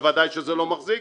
בוודאי שזה לא מחזיק,